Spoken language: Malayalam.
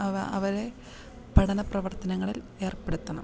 അവരെ പഠന പ്രവർത്തനങ്ങളിൽ ഏർപ്പെടുത്തണം